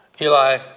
Eli